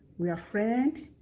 we are friend,